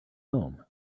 home